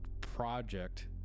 project